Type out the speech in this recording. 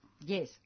Yes